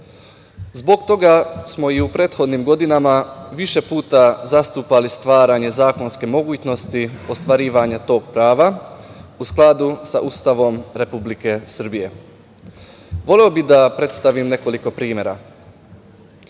zbog toga smo i u prethodnim godinama više puta zastupali stvaranje zakonske mogućnosti, ostvarivanje tog prava u skladu sa Ustavom Republike Srbije. Voleo bih da predstavim nekoliko primera.